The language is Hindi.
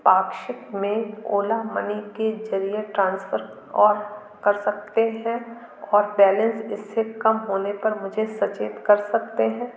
पाक्षिक में ओला मनी के जरिए ट्रांसफर और कर सकते हैं और बैलेंस इससे कम होने पर मुझे सचेत कर सकते हैं